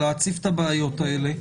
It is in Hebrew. להציף את הבעיות האלה.